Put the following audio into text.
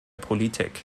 politik